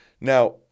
Now